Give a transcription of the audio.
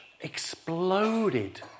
exploded